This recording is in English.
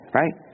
right